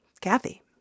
Kathy